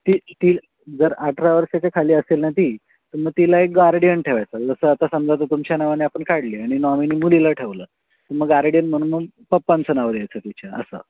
ती ती जर अठरा वर्षाच्या खाली असेल ना ती तर मग तिला एक गार्डियन ठेवायचा जसं आता समजा तुमच्या नावाने आपण काढली आणि नॉमिनी मुलीला ठेवलं तं मग गार्डियन म्हणून मग पप्पांचं नाव घ्यायचं तिच्या असं